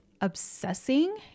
obsessing